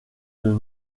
nos